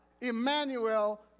Emmanuel